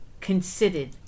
considered